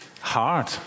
hard